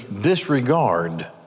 disregard